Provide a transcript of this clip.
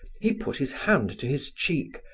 he put his hand to his cheek,